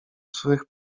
swych